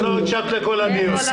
את לא הקשבת לכל הדיון.